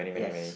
yes